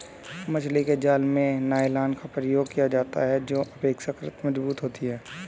मछली के जाल में नायलॉन का प्रयोग किया जाता है जो अपेक्षाकृत मजबूत होती है